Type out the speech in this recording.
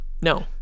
No